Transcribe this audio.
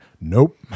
nope